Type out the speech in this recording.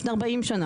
לפני 40 שנה.